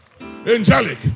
angelic